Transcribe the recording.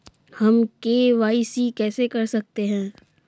हम के.वाई.सी कैसे कर सकते हैं?